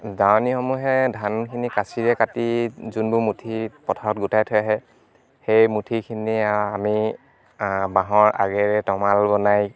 দাৱনীসমূহে ধানখিনি কাঁচিৰে কাটি যোনবোৰ মুঠি পথাৰত গোটাই থৈ আহে সেই মুঠিখিনিয়ে আমি বাঁহৰ আগেৰে টমাল বনাই